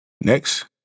Next